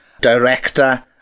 director